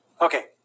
Okay